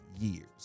years